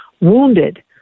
wounded